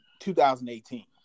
2018